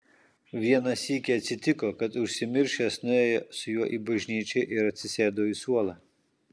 vieną sykį atsitiko kad užsimiršęs nuėjo su juo į bažnyčią ir atsisėdo į suolą